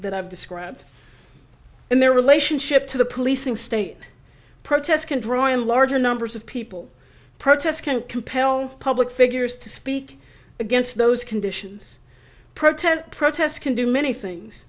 that i've described and their relationship to the policing state protests can draw in larger numbers of people protest can't compel public figures to speak against those conditions protests protests can do many things